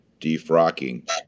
defrocking